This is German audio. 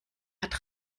hat